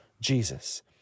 Jesus